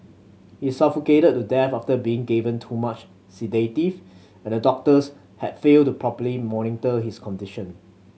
he suffocated to death after being given too much sedative and the doctors had failed to properly monitor his condition